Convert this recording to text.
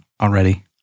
Already